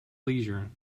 leisure